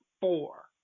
four